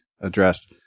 Addressed